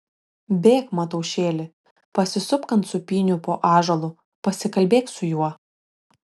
bėk mataušėli pasisupk ant sūpynių po ąžuolu pasikalbėk su juo